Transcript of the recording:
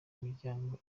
imiryango